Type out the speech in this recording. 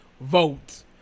vote